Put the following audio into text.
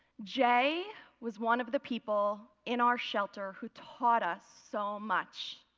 jay was one of the people in our shelter who taught us so much.